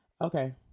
Okay